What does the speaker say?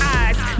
eyes